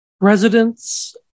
residents